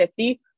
50